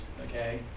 okay